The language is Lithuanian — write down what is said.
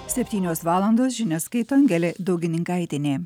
septynios valandos žinias skaito angelė daugininkaitienė